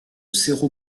cerro